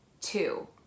two